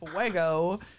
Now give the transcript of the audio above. Fuego